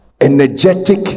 energetic